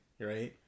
right